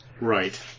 Right